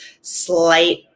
slight